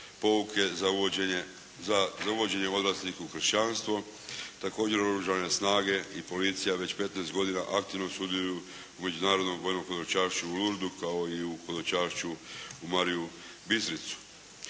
pouke za uvođenje odraslih u kršćanstvo. Također oružane snage i policija već petnaest godina aktivno sudjeluju u Međunarodnom vojnom hodočašću u Lourdesu kao i u hodočašću u Mariju Bistricu.